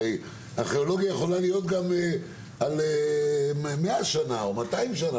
הרי ארכיאולוגיה יכולה להיות גם על 100 שנה או 200 שנה,